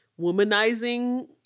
womanizing